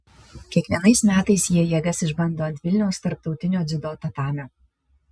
kiekvienais metais jie jėgas išbando ant vilniaus tarptautinio dziudo tatamio